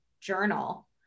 journal